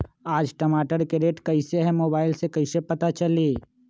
आज टमाटर के रेट कईसे हैं मोबाईल से कईसे पता चली?